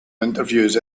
interviews